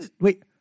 wait